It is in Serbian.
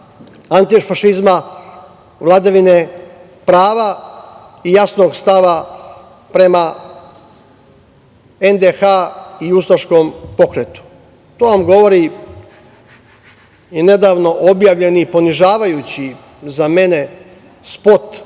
antifašizma, vladavine prava i jasnog stava prema NDH i ustaškom pokretu. To vam govori i nedavno objavljeni i ponižavajući za mene spot